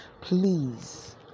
Please